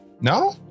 no